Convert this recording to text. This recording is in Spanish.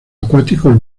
acuáticos